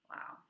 Wow